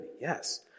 Yes